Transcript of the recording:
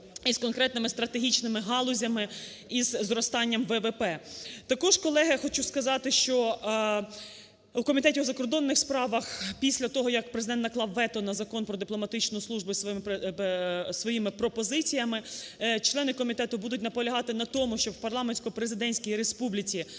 із конкретними стратегічними галузями, із зростанням ВВП. Також, колеги, хочу сказати, що у Комітеті у закордонних справах після того, як Президент наклав вето на Закон про дипломатичну службу своїми пропозиціями, члени комітету будуть наполягати на тому, щоб в парламентсько-президентській республіці